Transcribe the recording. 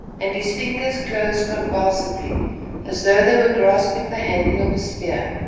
and his fingers closed convulsively as though they were grasping the handle of a spear.